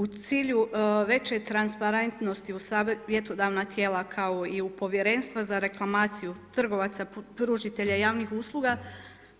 U cilju veće transparentnosti u savjetodavna tijela, kao i u povjerenstva za reklamaciju trgovaca pružatelja javnih usluga,